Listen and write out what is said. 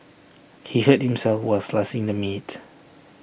he hurt himself while slicing the meat